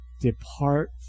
depart